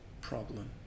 problem